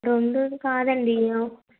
రెండోది కాదండి